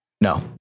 No